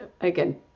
again